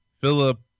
Philip